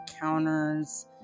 counters